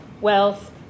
wealth